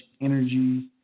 energy